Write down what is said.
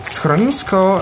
Schronisko